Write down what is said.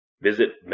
Visit